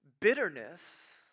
bitterness